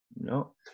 No